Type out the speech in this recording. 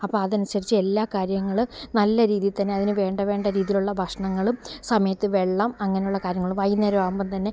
അപ്പം അതനുസരിച്ച് എല്ലാ കാര്യങ്ങളും നല്ല രീതിയിൽ തന്നെ അതിനു വേണ്ട വേണ്ട രീതിയിലുള്ള ഭക്ഷണങ്ങളും സമയത്ത് വെള്ളം അങ്ങനെയുള്ള കാര്യങ്ങളും വൈകുന്നേരമാകുമ്പം തന്നെ